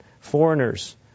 foreigners